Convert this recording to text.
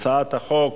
הצעת חוק